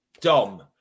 Dom